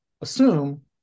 assume